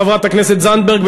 חברת הכנסת זנדברג,